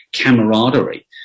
camaraderie